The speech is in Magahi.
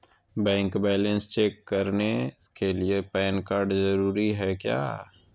बैंक बैलेंस चेक करने के लिए पैन कार्ड जरूरी है क्या?